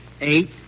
eight